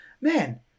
man